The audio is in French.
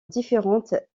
différentes